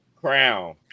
Crown